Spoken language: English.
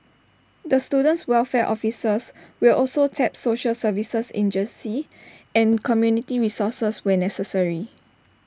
the student welfare officers will also tap social services agencies and community resources where necessary